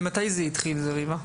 מתי זה התחיל, ריבה,